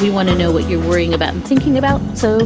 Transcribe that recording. we want to know what you're worrying about and thinking about. so